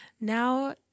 Now